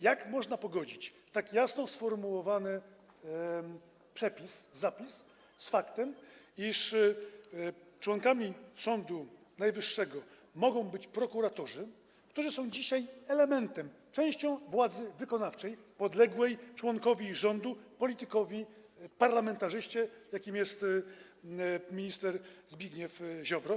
Jak można pogodzić tak jasno sformułowany przepis, zapis z faktem, iż członkami Sądu Najwyższego mogą być prokuratorzy, którzy są dzisiaj elementem, częścią władzy wykonawczej podległej członkowi rządu, politykowi, parlamentarzyście, jakim jest minister Zbigniew Ziobro?